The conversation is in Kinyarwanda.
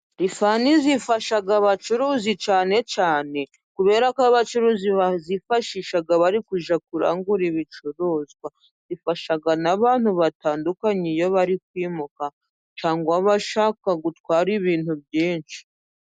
Lifani zifasha abacuruzi cyane cyane kuberako abacuruzi bazifashisha bari kujya kurangura ibicuruzwa, ifasha n'abantu batandukanye iyo bari kwimuka cyangwa bashaka gutwara ibintu byinshi.